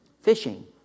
Fishing